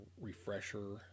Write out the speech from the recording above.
refresher